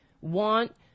want